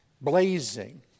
blazing